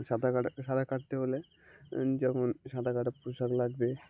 সাঁতার কাট সাঁতার কাটতে হলে যেমন সাঁতার কাটার পোশাক লাগবে